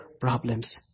problems